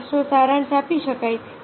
સારાંશનો સારાંશ આપી શકાય